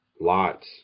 lots